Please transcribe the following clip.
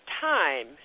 time